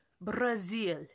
Brazil